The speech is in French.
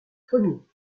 premier